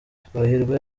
twahirwa